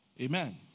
Amen